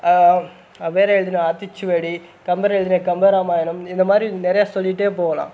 ஔவையார் எழுதுன ஆத்திச்சுவடி கம்பர் எழுதுன கம்பராமாயணம் இந்தமாதிரி நிறையா சொல்லிகிட்டே போகலாம்